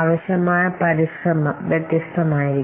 ആവശ്യമായ പരിശ്രമം വ്യത്യസ്തമായിരിക്കും